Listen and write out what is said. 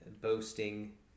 boasting